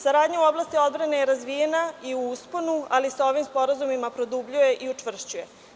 Saradnja u oblasti odbrane je razvijena i u usponu je, ali se ovim sporazumima produbljuje i učvršćuje.